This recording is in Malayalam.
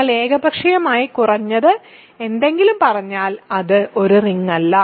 നിങ്ങൾ ഏകപക്ഷീയമായി കുറഞ്ഞത് എന്തെങ്കിലും പറഞ്ഞാൽ അത് ഒരു റിങല്ല